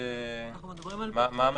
יכולים בעיתון,